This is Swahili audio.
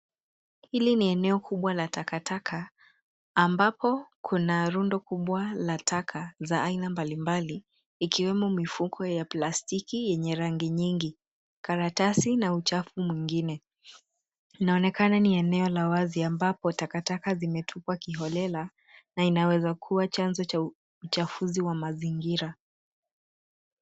Hili ni eneo kubwa la takataka ambapo kuna rundo kubwa la taka za aina mbalimbali ikiwemo mifuko ya plastiki yenye rangi nyingi, karatasi na uchafu mwingine. Inaonekana ni eneo la wazi ambapo takataka zimetupwa kiholela na inaweza kuwa chanzo cha uchafuzi wa mazingira.